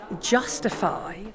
justify